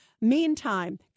Meantime